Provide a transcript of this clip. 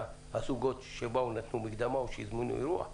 רק הזוגות שנתנו מקדמות והזמינו אירוע.